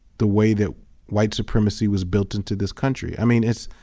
the way that white supremacy was built into this country? i mean it's,